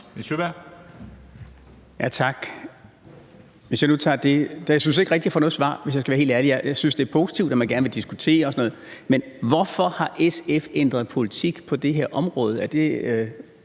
hvorfor har SF ændret politik på det her område?